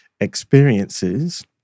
experiences